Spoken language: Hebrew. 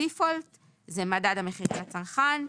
ברירת המחדל זה מדד המחירים לצרכן,